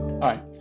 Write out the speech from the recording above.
Hi